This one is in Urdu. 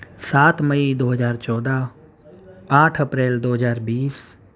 سات مئی دو ہزار چودہ آٹھ اپریل دو ہزار بیس